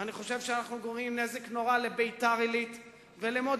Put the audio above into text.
ואני חושב שאנחנו גורמים נזק נורא לביתר-עילית ולמודיעין-עילית,